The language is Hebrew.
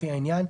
לפי העניין,